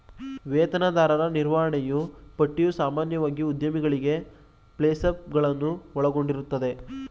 ವೇತನದಾರರ ನಿರ್ವಹಣೆಯೂ ಪಟ್ಟಿಯು ಸಾಮಾನ್ಯವಾಗಿ ಉದ್ಯೋಗಿಗಳಿಗೆ ಪೇಸ್ಲಿಪ್ ಗಳನ್ನು ಒಳಗೊಂಡಿರುತ್ತದೆ